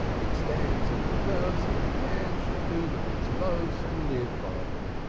it stands in the verse that man shall do the mitzvahs and live by them.